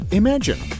imagine